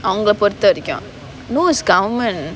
அவங்க பொருத்த வரைக்கும்:avanga porutha varaikkum no it's government